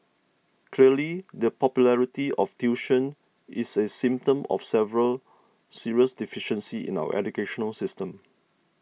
clearly the popularity of tuition is a symptom of several serious deficiencies in our educational system